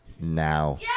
now